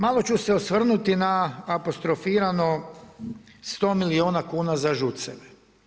Malo ću se osvrnuti na apostrofirano sto milijuna kuna za ŽUC-eve.